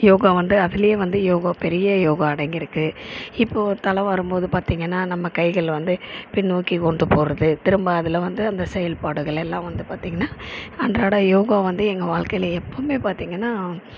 யோகா வந்து அதுலையே வந்து யோகா பெரிய யோகா அடங்கிருக்கு இப்போ தலை வாரும் போது பார்த்தீங்கன்னா நம்ம கைகள் வந்து பின்னோக்கி கொண்டு போகறது திரும்ப அதில் வந்து அந்த செயல்பாடுகள் எல்லாம் வந்து பார்த்தீங்கன்னா அன்றாட யோகா வந்து எங்கள் வாழ்க்கையில எப்போவுமே பார்த்தீங்கன்னா